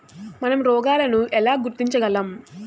మనం రోగాలను ఎలా గుర్తించగలం?